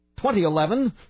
2011